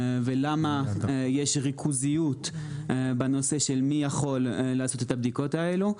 ולמה יש ריכוזיות בנושא של מי יכול לעשות את הבדיקות האלו?